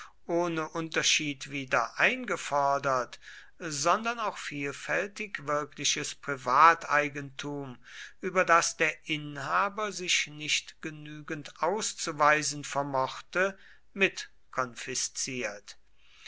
ohne unterschied wieder eingefordert sondern auch vielfältig wirkliches privateigentum über das der inhaber sich nicht genügend auszuweisen vermochte mitkonfisziert